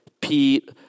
Pete